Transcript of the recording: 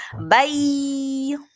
Bye